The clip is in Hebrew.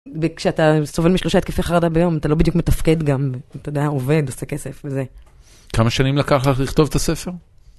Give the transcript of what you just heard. כשאתה סובל משלושה התקפי חרדה ביום אתה לא בדיוק מתפקד גם, אתה יודע, עובד, עושה כסף וזה. כמה שנים לקח לך לכתוב את הספר?